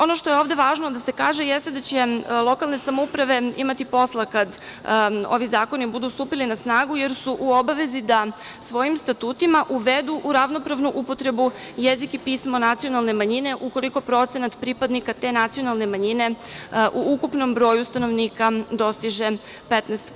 Ono što je ovde važno da se kaže, jeste da će lokalne samouprave imati posla kada ovi zakoni budu stupili na snagu, jer su u obavezi da svojim statutima uvedu u ravnopravnu upotrebu jezik i pisma nacionalne manjine ukoliko procenat pripadnika te nacionalne manjine u ukupnom broju stanovnika dostiže 15%